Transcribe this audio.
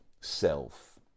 self